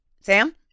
Sam